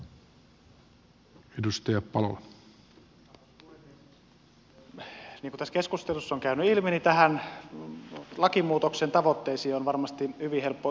niin kuin tässä keskustelussa on käynyt ilmi tämän lakimuutoksen tavoitteisiin on varmasti hyvin helppo yhtyä